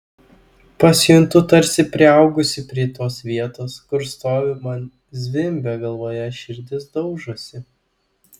pasijuntu tarsi priaugusi prie tos vietos kur stoviu man zvimbia galvoje širdis daužosi